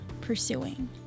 pursuing